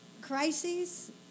crises